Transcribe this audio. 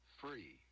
free